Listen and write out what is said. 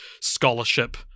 scholarship